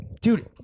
dude